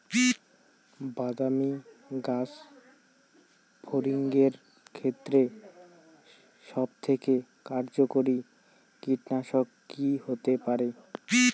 বাদামী গাছফড়িঙের ক্ষেত্রে সবথেকে কার্যকরী কীটনাশক কি হতে পারে?